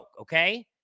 okay